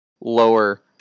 lower